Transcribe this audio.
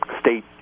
state